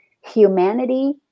Humanity